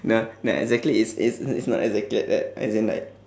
no no exactly it's it's it's not exactly like that as in like